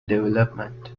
development